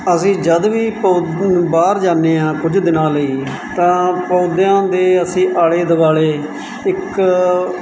ਅਸੀਂ ਜਦੋਂ ਵੀ ਪੌਦ ਬਾਹਰ ਜਾਂਦੇ ਹਾਂ ਕੁਝ ਦਿਨਾਂ ਲਈ ਤਾਂ ਪੌਦਿਆਂ ਦੇ ਅਸੀਂ ਆਲੇ ਦੁਆਲੇ ਇੱਕ